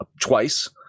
twice